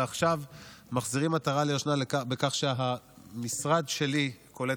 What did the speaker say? ועכשיו מחזירים עטרה ליושנה בכך שהמשרד שלי קולט